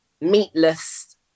meatless